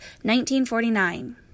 1949